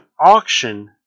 auction